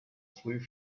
früh